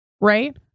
Right